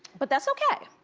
but that's okay.